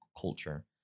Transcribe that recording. culture